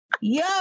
yo